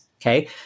Okay